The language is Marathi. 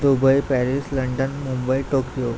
Dubai Paris London Mumbai Tokyo